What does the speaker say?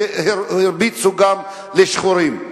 שהרביצו גם לשחורים.